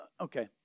Okay